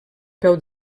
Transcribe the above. peu